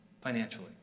financially